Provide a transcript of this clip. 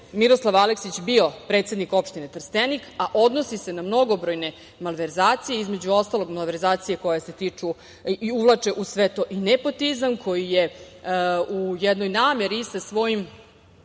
Miroslav Aleksić bio predsednik opštine Trstenik, a odnosi se na mnogobrojne malverzacije, između ostalog, malverzacije koje se tiču i uvlače u sve to i nepotizam, koji je u jednoj nameri, sa svojim